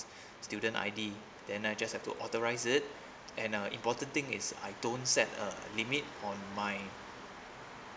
student I_D then I just have to authorised it and uh important thing is I don't set a limit on my